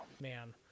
man